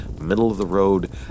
middle-of-the-road